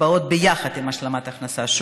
קצבאות יחד עם השלמת הכנסה.